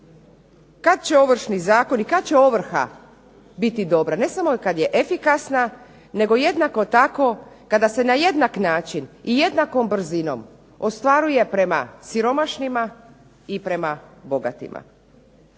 kada će Ovršni zakon i kada će ovrha biti dobra? Ne samo kada je efikasna nego jednako tako kada se na jednak način i jednakom brzinom ostvaruje prema siromašnima i prema bogatima.